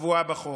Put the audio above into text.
הקבועה בחוק.